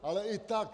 Ale i tak.